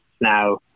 now